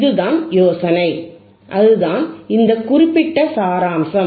இதுதான் யோசனை அதுதான் இந்த குறிப்பிட்ட சாராம்சம்